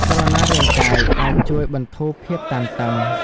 ចលនារាងកាយអាចជួយបន្ធូរភាពតានតឹង។